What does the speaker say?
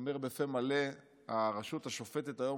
אומר בפה מלא שהרשות השופטת היום